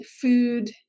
food